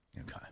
Okay